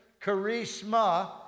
Charisma